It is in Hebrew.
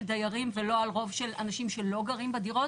דיירים ולא על רוב של אנשים שלא גרים בדירות.